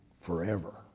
forever